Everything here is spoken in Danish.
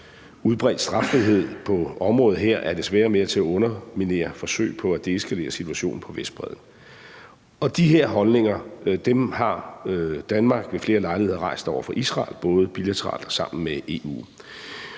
Udbredt straffrihed på området her er desværre med til at underminere forsøg på at deeskalere situationen på Vestbredden. De her holdninger har Danmark ved flere lejligheder rejst over for Israel, både bilateralt og sammen med EU.